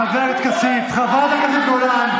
חבר הכנסת כסיף, חברת הכנסת גולן.